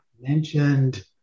mentioned